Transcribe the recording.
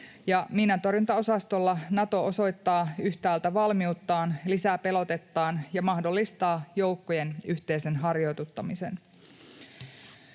Miinantorjuntaosastolla Nato osoittaa yhtäältä valmiuttaan, lisää pelotettaan ja mahdollistaa joukkojen yhteisen harjoituttamisen.